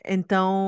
Então